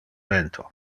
vento